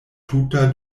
tuta